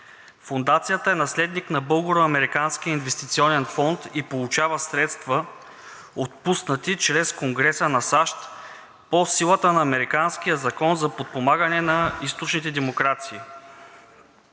Фондацията е наследник на българо-американски инвестиционен фонд и получава средства, отпуснати чрез Конгреса на САЩ, по силата на американския закон за подпомагане на източните демокрации.